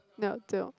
now until